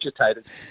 agitated